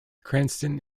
cranston